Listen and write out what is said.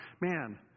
man